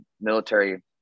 military